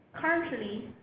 Currently